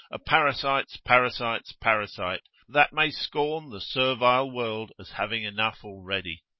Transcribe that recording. a parasite's parasite's parasite, that may scorn the servile world as having enough already.